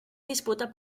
disputa